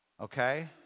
Okay